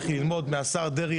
לכי ללמוד מהשר דרעי,